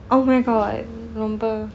oh my god